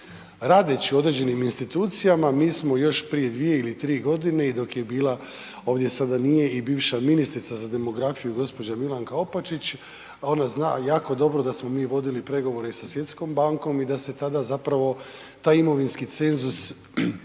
Radeći u određenim institucijama mi smo još prije 2 ili 3 godine i dok je bila, ovdje sada nije i bivša ministrica za demografiju gospođa Milanka Opačić ona zna jako dobro da smo mi vodili pregovore i sa Svjetskom bankom i da se tada zapravo taj imovinski cenzus